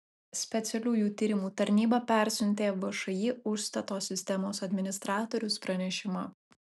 specialiųjų tyrimų tarnyba persiuntė všį užstato sistemos administratorius pranešimą